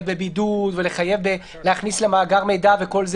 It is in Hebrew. בבידוד ולחייב להכניס למאגר מידע וכו',